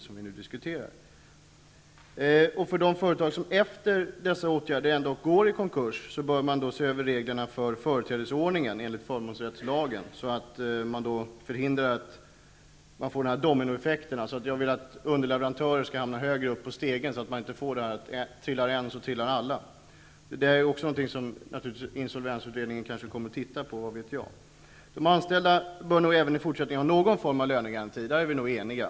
Med tanke på de företag som ändå går i konkurs bör man se över företrädesordningen enligt förmånsrättslagen för att förhindra den s.k. dominoeffekten -- trillar en så trillar alla. Underleverantörer bör hamna högre upp på stegen. Kanske kommer insolvensutredningen att studera även detta problem. De anställda bör även i fortsättninge ha någon form av lönegaranti, därom är vi eniga.